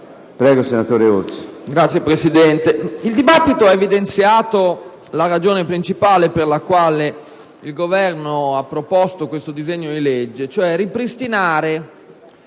il dibattito ha evidenziato la ragione principale per la quale il Governo ha proposto questo disegno di legge, ossia ripristinare